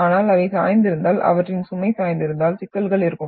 ஆனால் அவை சாய்ந்திருந்தால் அவற்றின் சுமை சாய்ந்திருந்தால் சிக்கல்கள் இருக்கும்